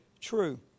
true